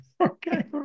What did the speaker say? Okay